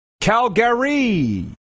Calgary